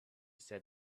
said